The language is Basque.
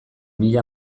mila